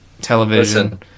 television